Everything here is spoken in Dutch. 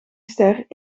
ster